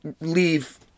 leave